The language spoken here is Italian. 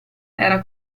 era